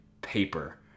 paper